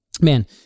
Man